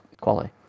quality